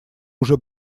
уже